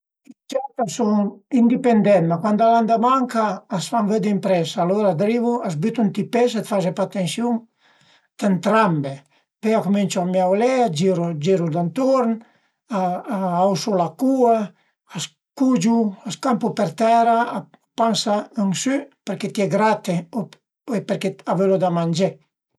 I ciat a sun indipendent, ma cuand al an damanca a s'fan vëdi ëmpresa, alura arivu, a s'bütu ënt i pe, së fase pa atensiun t'ëntrambe, pöi a cuminciu a miaulé, a të giru giru d'anturn, a a ausu la cua, a s'cugiu, a s'campu per tera a pansa ën sü përché t'ie grate o e përché a völu da mangé